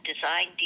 design